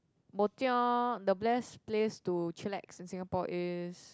bojio the best place to chillax in Singapore is